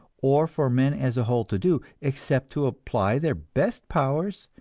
or for men as a whole to do, except to apply their best powers,